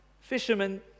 fishermen